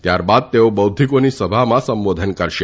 ત્યારબાદ તેઓ બૌઘ્ઘિકોની સભામાં સંબોધન કરશે